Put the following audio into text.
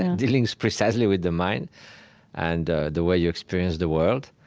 and dealing precisely with the mind and the way you experience the world.